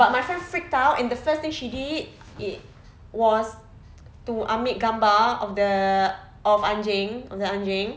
but my friend freaked out and the first thing she did it was to ambil gambar of the of anjing the anjing